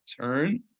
turn